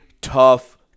tough